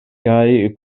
kaj